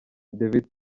david